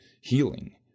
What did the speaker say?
healing